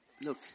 look